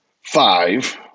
five